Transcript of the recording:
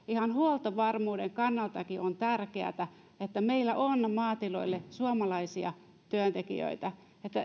ihan huoltovarmuuden kannaltakin on tärkeätä että meillä on maatiloille suomalaisia työntekijöitä